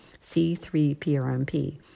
C3PRMP